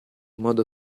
modo